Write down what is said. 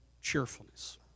cheerfulness